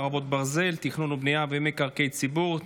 חרבות ברזל) (תכנון ובנייה ומקרקעי ציבור),